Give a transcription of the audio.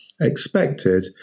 expected